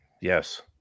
Yes